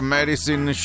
Medicine